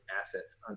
assets